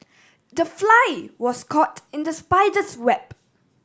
the fly was caught in the spider's web